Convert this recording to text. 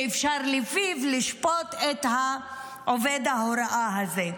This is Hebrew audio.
שאפשר לפיו לשפוט את עובד ההוראה הזה?